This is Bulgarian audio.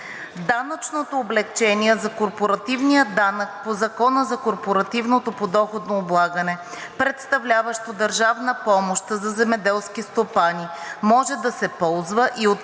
Данъчното облекчение за корпоративния данък по Закона за корпоративното подоходно облагане, представляващо държавна помощ за земеделски стопани, може да се ползва и от 1 януари